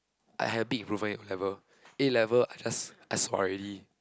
I had a big improvement in O-level A-level I just I sua already